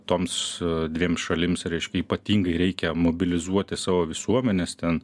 toms dviem šalims reiškia ypatingai reikia mobilizuoti savo visuomenes ten